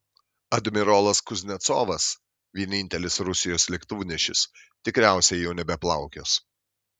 admirolas kuznecovas vienintelis rusijos lėktuvnešis tikriausiai jau nebeplaukios